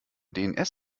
dns